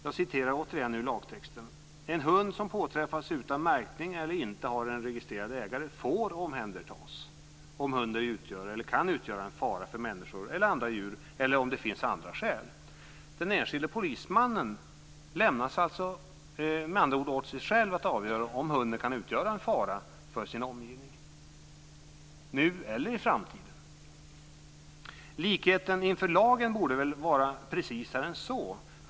I lagtexten framgår det att en hund som påträffas utan märkning eller inte har en registrerad ägare får omhändertas om hunden utgör eller kan utgöra en fara för människor eller andra djur eller om det finns andra skäl. Den enskilde polismannen lämnas åt sig själv att avgöra om hunden kan utgöra en fara för sin omgivning nu eller i framtiden. Likheten inför lagen borde väl vara precisare än så.